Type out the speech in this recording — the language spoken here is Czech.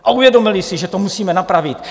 A uvědomili si, že to musíme napravit.